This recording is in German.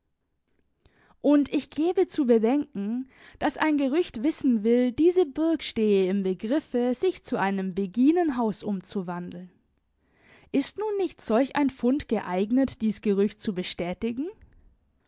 und ich gebe zu bedenken daß ein gerücht wissen will diese burg stehe im begriffe sich zu einem beginenhaus umzuwandeln ist nun nicht solch ein fund geeignet dies gerücht zu bestätigen